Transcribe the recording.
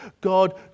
god